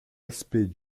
aspect